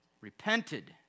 Repented